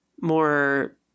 more